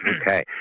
Okay